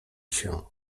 się